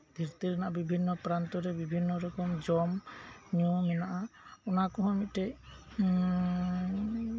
ᱫᱷᱟᱹᱨᱛᱤ ᱨᱮᱱᱟᱜ ᱵᱤᱵᱷᱤᱱᱱᱚ ᱯᱨᱟᱱᱛᱚ ᱨᱮ ᱵᱤᱵᱷᱤᱱᱱᱚ ᱨᱚᱠᱚᱢ ᱡᱚᱢ ᱧᱩ ᱢᱮᱱᱟᱜᱼᱟ ᱚᱱᱟ ᱠᱚᱦᱚᱸ ᱢᱤᱫᱴᱮᱱ